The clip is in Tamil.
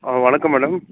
ஆ வணக்கம் மேடம்